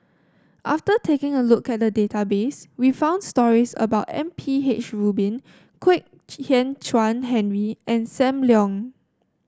after taking a look at the database we found stories about M P H Rubin Kwek Hian Chuan Henry and Sam Leong